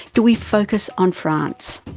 do we focus on france?